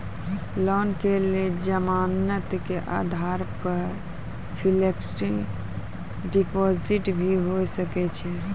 Loan के लेल जमानत के आधार पर फिक्स्ड डिपोजिट भी होय सके छै?